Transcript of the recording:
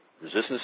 resistance